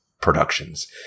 productions